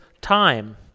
time